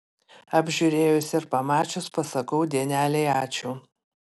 apžiūrėjus ir pamačius pasakau dienelei ačiū